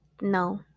no